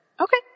Okay